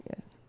Yes